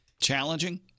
Challenging